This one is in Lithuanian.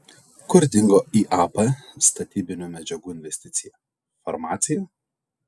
kur dingo iab statybinių medžiagų investicija farmacija